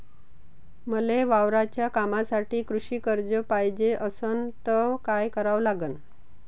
मले वावराच्या कामासाठी कृषी कर्ज पायजे असनं त काय कराव लागन?